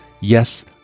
Yes